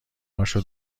هاشو